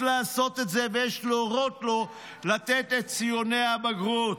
לעשות את זה ויש להורות לו לתת את ציוני הבגרות.